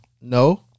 No